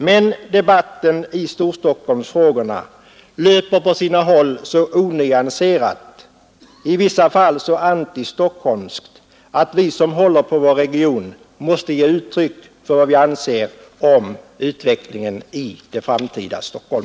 Men debatten i Storstockholmsfrågorna löper på sina håll så onyanserat, i vissa fall så antistockholmskt att vi som håller på vår region måste ge uttryck för vad vi anser om utvecklingen i det framtida Storstockholm.